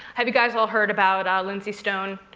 have you guys all heard about ah lindsay stone?